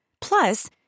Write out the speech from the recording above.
Plus